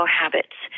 habits